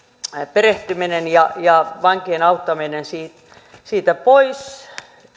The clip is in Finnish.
perehtyminen ja ja vankien auttaminen siitä pois